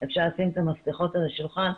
אפשר לשים את המפתחות על השולחן,